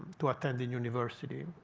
to attend in university.